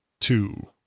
two